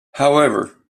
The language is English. however